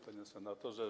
Panie Senatorze!